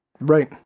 Right